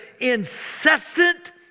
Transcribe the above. incessant